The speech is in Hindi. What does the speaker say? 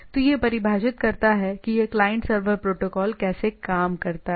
तो यह परिभाषित करता है कि यह क्लाइंट सर्वर प्रोटोकॉल कैसे काम करता है